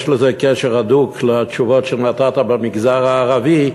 יש לזה קשר הדוק לתשובות שנתת במגזר הערבי,